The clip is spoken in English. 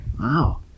Wow